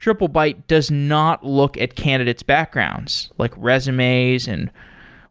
triplebyte does not look at candidate's backgrounds, like resumes and